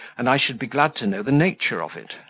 and i should be glad to know the nature of it.